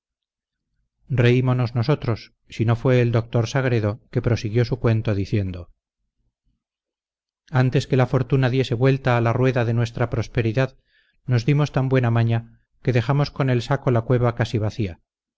reímonos nosotros sino fue el doctor sagredo que prosiguió su cuento diciendo antes que la fortuna diese vuelta a la rueda de nuestra prosperidad nos dimos tan buena maña que dejamos con el saco la cueva casi vacía